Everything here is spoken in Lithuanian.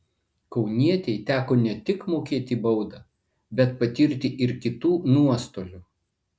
kaunietei teko ne tik mokėti baudą bet patirti ir kitų nuostolių